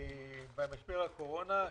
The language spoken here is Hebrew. במשבר הקורונה.